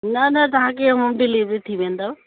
न न तव्हांखे होम डिलीवरी थी वेंदव